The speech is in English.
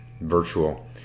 virtual